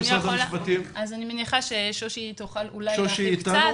אני מניחה ש-שושי אולי תוכל להתייחס.